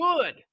good